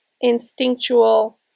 instinctual